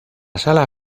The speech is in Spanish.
sala